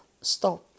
stop